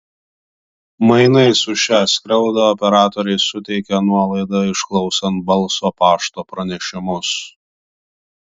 mainais už šią skriaudą operatoriai suteikė nuolaidą išklausant balso pašto pranešimus